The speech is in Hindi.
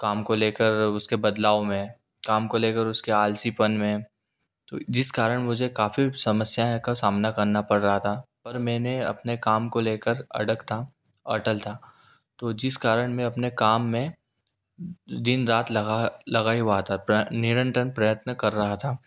काम को लेकर उसके बदलाव में काम को लेकर उसके आलसीपन में तो जिस कारण मुझे काफ़ी समस्याएं का सामना करना पड़ रहा था और मैंने अपने काम को लेकर अड़ग था अटल था तो जिस कारण मैं अपने काम में दिन रात लगा लगा ही हुआ था निरंतर प्रयत्न कर रहा था